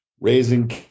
raising